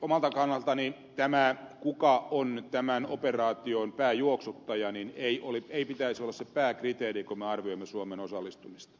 omalta kannaltani sen kuka on tämän operaation pääjuoksuttaja ei pitäisi olla se pääkriteeri kun me arvioimme suomen osallistumista